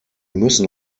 müssen